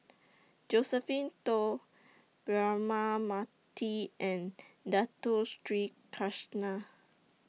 Josephine Teo Braema Mathi and Dato Sri Krishna